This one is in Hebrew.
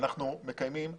שאנחנו מקיימים עשרות,